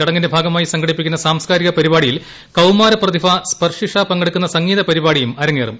ചടങ്ങിന്റെ ഭാഗമായിസംഘടിപ്പിക്കുന്ന സാംസ്കാരിക പരിപാടിയിൽകൌമാര പ്രതിഭ സ്പർശ്ഷാ പങ്കെടുക്കുന്ന സംഗീത പരിപാടിയുംഅരങ്ങേറും